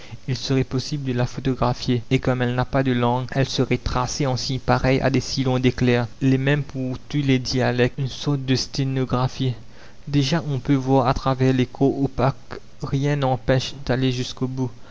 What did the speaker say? il serait possible de la photographier et comme elle n'a pas de langue elle serait tracée en signes pareils à des sillons d'éclairs les mêmes pour tous les dialectes une sorte de sténographie déjà on peut voir à travers les corps opaques rien n'empêche d'aller jusqu'au bout